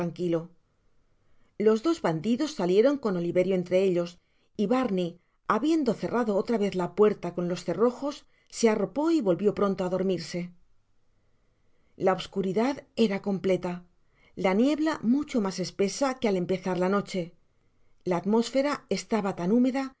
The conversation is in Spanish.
los dos bandidos salieron con oliverio entre ellos y barney habiendo cerrado otra vez la puerta con los cerrojos se arropó y volvió pronto á dormirse la obscuridad era completa la niebla mucho mas espesa que al empezar la noche la atmósfera estaba tan húmeda